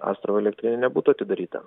astravo elektrinė nebūtų atidaryta